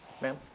ma'am